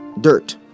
dirt